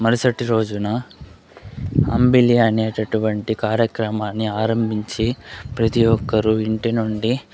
మరుసటి రోజున అంబిలి అనేటటువంటి కార్యక్రమాన్ని ఆరంభించి ప్రతి ఒక్కరు ఇంటి నుండి